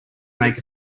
make